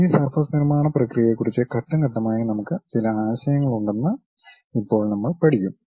ഈ സർഫസ് നിർമ്മാണ പ്രക്രിയയെക്കുറിച്ച് ഘട്ടം ഘട്ടമായി നമുക്ക് ചില ആശയങ്ങൾ ഉണ്ടെന്ന് ഇപ്പോൾ നമ്മൾ പഠിക്കും